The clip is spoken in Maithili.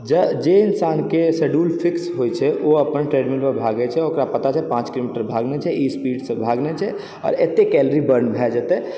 जे इन्सानके शेड्यूल फिक्स होइत छै ओ अपन ट्रेडमिलपर भागै छै ओकरा पता छै पाँच किलोमीटर भागनाइ छै ई स्पीडसँ भागना छै आओर एते कैलरी बर्न भए जेतौ